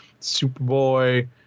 Superboy